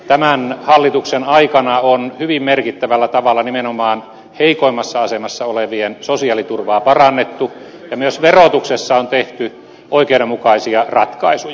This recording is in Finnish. tämän hallituksen aikana on hyvin merkittävällä tavalla nimenomaan heikoimmassa asemassa olevien sosiaaliturvaa parannettu ja myös verotuksessa on tehty oikeudenmukaisia ratkaisuja